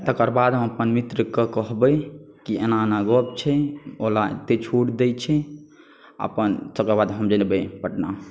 तकर बाद हम अपन मित्रके कहबै कि एना एना गप छै ओला एतेक छूट दै छै अपन तकर बाद हम जेबै पटना